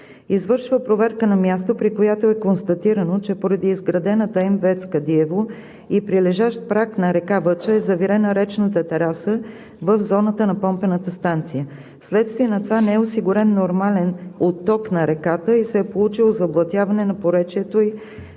извършва проверка на място, при която е констатирано, че поради изградената мини ВЕЦ „Кадиево“ и прилежащ праг на река Въча е завирена речната тераса в зоната на Помпената станция. Вследствие на това не е осигурен нормален отток на реката и се е получило заблатяване на поречието ѝ